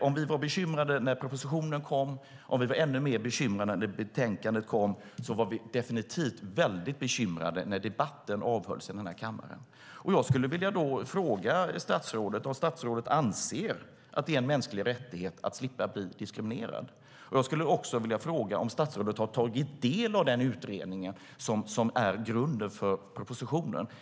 Om vi var bekymrade när propositionen kom och ännu mer bekymrade när betänkandet kom var vi definitivt väldigt bekymrade när debatten avhölls i kammaren. Jag skulle vilja fråga statsrådet om statsrådet anser att det är en mänsklig rättighet att slippa bli diskriminerad. Jag skulle också vilja fråga om statsrådet har tagit del av den utredning som är grunden för propositionen.